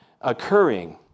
occurring